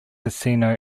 casino